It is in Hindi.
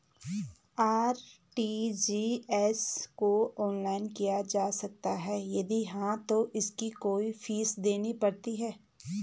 आर.टी.जी.एस को ऑनलाइन किया जा सकता है यदि हाँ तो इसकी कोई फीस देनी पड़ती है?